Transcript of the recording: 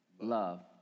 love